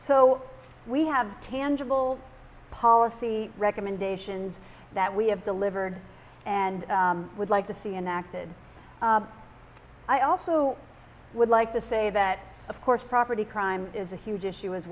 so we have tangible policy recommendations that we have delivered and would like to see enacted i also would like to say that of course property crime is a huge issue as